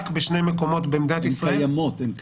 בשני מקומות במדינת ישראל --- הן קיימות.